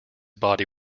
body